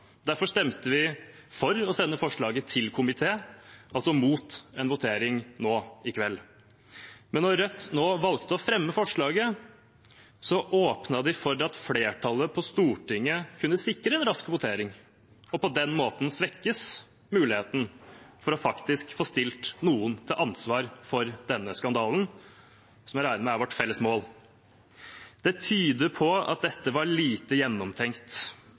Derfor stemte vi for å sende forslaget til komité, altså mot en votering nå i kveld. Men da Rødt valgte å fremme forslaget, åpnet de for at flertallet på Stortinget kunne sikre en rask votering, og på den måten svekke muligheten for å faktisk få stilt noen til ansvar for denne skandalen, som jeg regner med er vårt felles mål. Det tyder på at dette var lite gjennomtenkt,